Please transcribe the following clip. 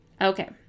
Okay